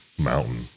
mountain